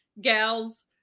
gals